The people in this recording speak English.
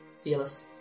Fearless